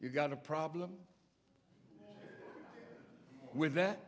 you got a problem with that